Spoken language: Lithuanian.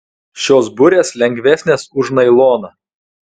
šios burės lengvesnės už nailoną